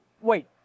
wait